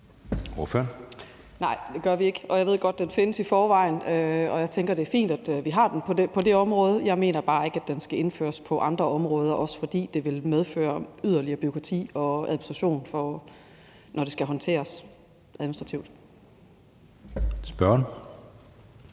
(DD): Nej, det gør vi ikke. Jeg ved godt, at den findes i forvejen, og jeg tænker, at det er fint, at vi har den på det område. Jeg mener bare ikke, at den skal indføres på andre områder – også fordi det vil medføre yderligere bureaukrati og administration, når det skal håndteres. Kl. 17:02 Anden